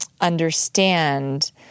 understand